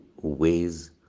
ways